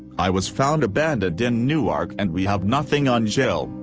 i was found abandoned in newark and we have nothing on jill,